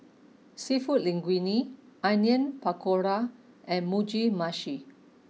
Seafood Linguine Onion Pakora and Mugi Meshi